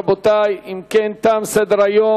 ברשות יושב-ראש